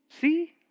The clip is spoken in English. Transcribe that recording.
See